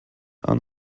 han